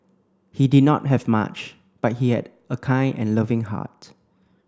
he did not have much but he had a kind and loving heart